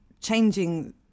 changing